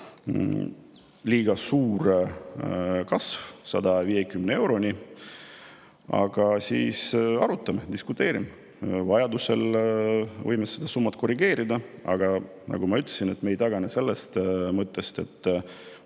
tundub kasv 150 euroni liiga suur, siis arutame, diskuteerime, vajadusel võime seda summat korrigeerida. Aga nagu ma ütlesin, me ei tagane sellest mõttest, et